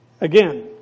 Again